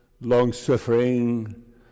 long-suffering